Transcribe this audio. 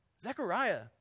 Zechariah